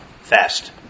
fast